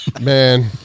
Man